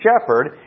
shepherd